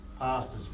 pastors